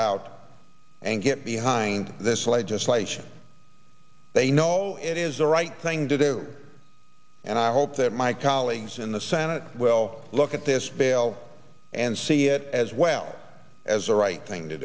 out and get behind this legislation they know it is the right thing to do and i hope that my colleagues in the senate will look at this bill and see it as well as the right thing to